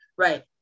Right